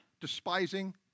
despising